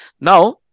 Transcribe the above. Now